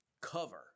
cover